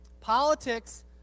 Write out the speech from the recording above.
Politics